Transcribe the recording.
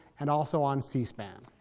and also on c-span.